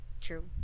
true